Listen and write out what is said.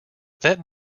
that